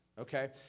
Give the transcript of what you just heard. okay